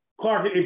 Clark